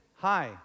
hi